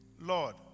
Lord